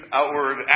outward